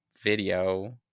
video